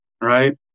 right